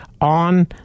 on